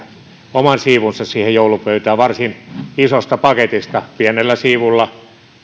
oman siivunsa joulupöytään varsin isosta paketista pienellä siivulla